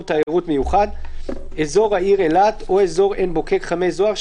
תיירות מיוחד" אזור העיר אילת או אזור עין בוקק-חמי זוהר,